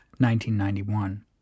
1991